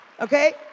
Okay